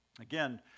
Again